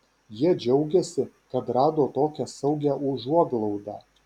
jie džiaugiasi kad rado tokią saugią užuoglaudą